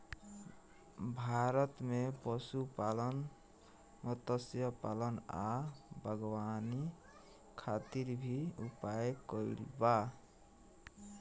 भारत में पशुपालन, मत्स्यपालन आ बागवानी खातिर भी उपाय कइल बा